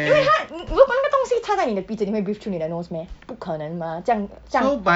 因为他你如果那个东西插在你的鼻子你会 breathe through 你的 nose meh 不可能吗这样这样